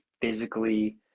physically